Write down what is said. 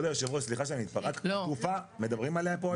כבוד היו"ר סליחה שאני, התעופה, מדברים עליה פה?